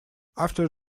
after